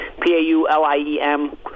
P-A-U-L-I-E-M